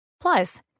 Plus